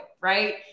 right